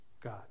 God